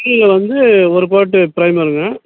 கீழே வந்து ஒரு கோட்டு பிரைமருங்க